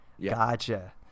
Gotcha